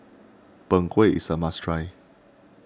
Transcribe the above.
Png Kueh is a must try